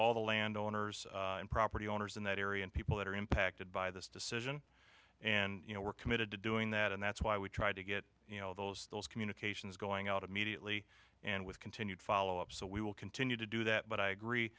all the land owners and property owners in that area and people that are impacted by this decision and you know we're committed to doing that and that's why we try to get you know those those communications going out immediately and with continued follow up so we will continue to do that but i agree